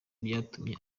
byatumye